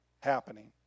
happening